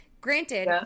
Granted